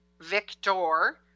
victor